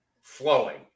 flowing